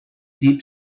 deep